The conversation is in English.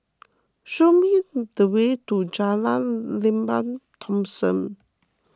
show me the way to Jalan Lembah Thomson